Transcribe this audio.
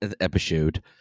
episode